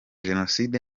jenoside